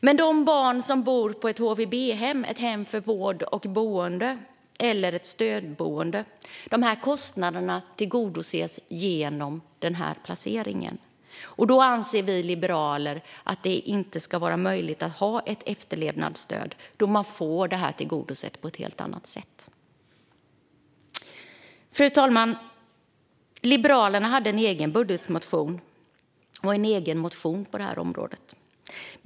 Men för de barn som bor på ett HVB-hem, ett hem för vård och boende, eller ett stödboende tillgodoses kostnaderna genom placeringen. Vi liberaler anser därför att det inte ska vara möjligt att ha ett efterlevnadsstöd när man får detta tillgodosett på helt annat sätt. Fru talman! Liberalerna hade en egen budgetmotion och en egen motion på detta område.